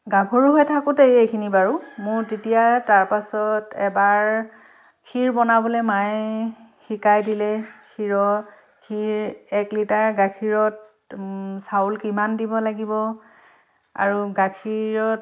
গাভৰু হৈ থাকোঁতেই এইখিনি বাৰু মোৰ তেতিয়া তাৰ পাছত এবাৰ ক্ষীৰ বনাবলৈ মায়ে শিকাই দিলে ক্ষীৰৰ ক্ষীৰ এক লিটাৰ গাখীৰত চাউল কিমান দিব লাগিব আৰু গাখীৰত